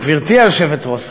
גברתי היושבת-ראש,